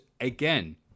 again